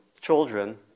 children